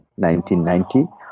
1990